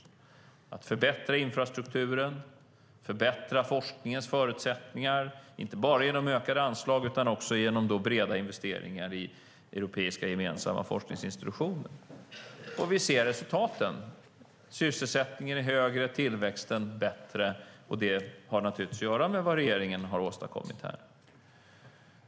Det handlar om att förbättra infrastrukturen och att förbättra forskningens förutsättningar, inte bara genom ökade anslag utan också genom breda investeringar i europeiska gemensamma forskningsinstitutioner. Vi ser resultaten. Sysselsättningen är högre, och tillväxten är bättre. Det har att göra med vad regeringen har åstadkommit.